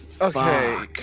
okay